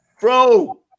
Bro